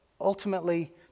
ultimately